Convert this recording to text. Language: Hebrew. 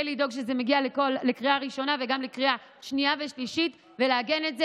לדאוג שזה מגיע לקריאה ראשונה וגם לקריאה שנייה ושלישית ולעגן את זה.